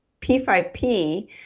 P5P